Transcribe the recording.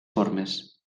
formes